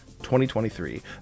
2023